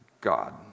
God